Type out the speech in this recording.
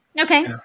Okay